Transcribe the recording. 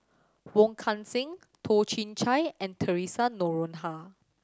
Wong Kan Seng Toh Chin Chye and Theresa Noronha